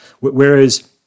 Whereas